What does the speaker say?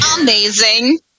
Amazing